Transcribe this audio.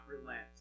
relent